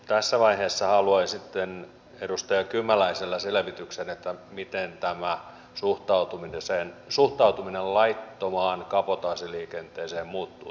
tässä vaiheessa haluaisin edustaja kymäläiseltä selvityksen miten tämä suhtautuminen laittomaan kabotaasiliikenteeseen muuttuu tällä esityksellä